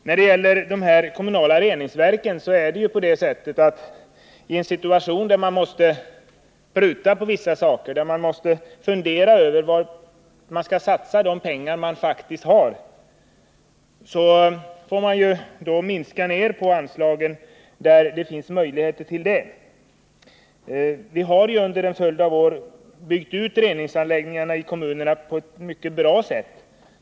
När det gäller de kommunala reningsverken är det ju på det sättet att i en situation där man måste pruta på vissa saker och fundera över var man skall satsa de pengar man har, får man minska ner på anslagen där det finns möjligheter till detta. Vi har under en följd av år byggt ut reningsanläggningarna i kommunerna mycket bra.